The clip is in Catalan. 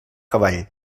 cavall